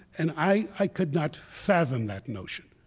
and i i could not fathom that notion.